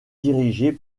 dirigés